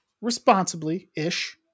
responsibly-ish